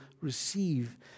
receive